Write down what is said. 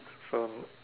so